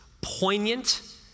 poignant